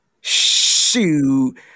Shoot